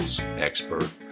expert